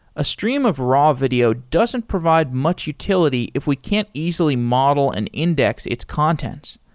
a stream of raw video doesn't provide much utility if we can't easily model and index its contents.